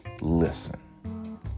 Listen